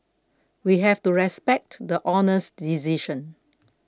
we have to respect the Honour's decision